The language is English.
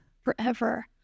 forever